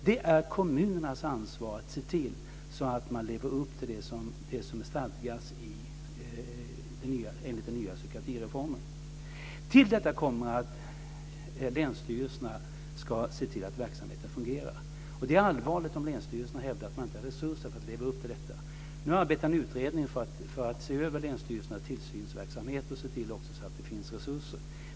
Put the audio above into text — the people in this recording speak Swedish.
Det är kommunernas ansvar att se till att man lever upp till det som stadgas i den nya psykiatrireformen. Till detta kommer att länsstyrelserna ska se till att verksamheten fungerar. Det är allvarligt om länsstyrelserna hävdar att man inte har resurser för att leva upp till detta. Nu arbetar en utredning för att se över länsstyrelsernas tillsynsverksamhet och se till också att det finns resurser.